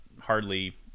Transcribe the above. hardly